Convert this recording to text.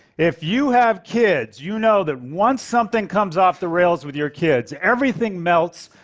if you have kids you know that once something comes off the rails with your kids, everything melts,